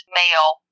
male